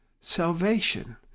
Salvation